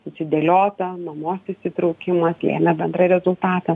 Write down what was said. susidėliota mamos įsitraukimas lėmė bendrą rezultatą